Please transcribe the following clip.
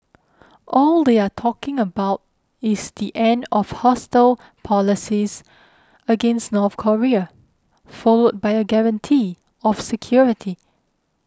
all they are talking about is the end of hostile policies against North Korea followed by a guarantee of security